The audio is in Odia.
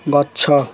ଗଛ